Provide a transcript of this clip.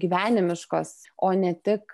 gyvenimiškos o ne tik